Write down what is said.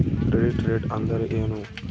Credit rate ಅಂದರೆ ಏನು?